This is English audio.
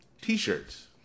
t-shirts